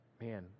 Man